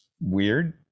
weird